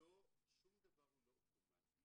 שום דבר הוא לא אוטומטי,